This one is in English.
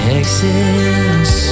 Texas